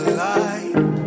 light